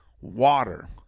water